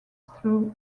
through